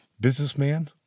businessman